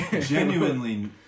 genuinely